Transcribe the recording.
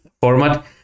format